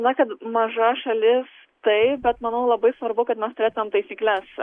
na kad maža šalis taip bet manau labai svarbu kad mes turėtumėm taisykles